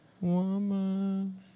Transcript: Woman